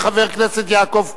חבר הכנסת יעקב כץ.